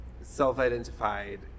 self-identified